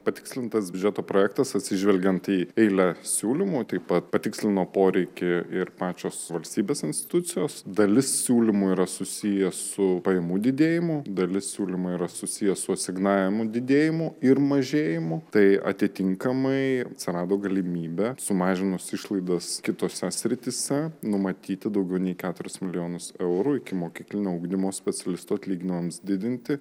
patikslintas biudžeto projektas atsižvelgiant į eilę siūlymų taip pat patikslino poreikį ir pačios valstybės institucijos dalis siūlymų yra susiję su pajamų didėjimu dalis siūlymų yra susiję su asignavimų didėjimu ir mažėjimu tai atitinkamai atsirado galimybė sumažinus išlaidas kitose srityse numatyti daugiau nei keturis milijonus eurų ikimokyklinio ugdymo specialistų atlyginimams didinti